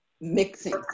mixing